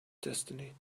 destiny